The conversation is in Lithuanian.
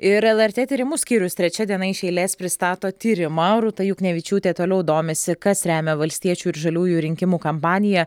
ir lrt tyrimų skyrius trečia diena iš eilės pristato tyrimą rūta juknevičiūtė toliau domisi kas remia valstiečių ir žaliųjų rinkimų kampaniją